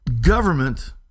government